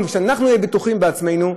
ואנחנו נהיה בטוחים בעצמנו,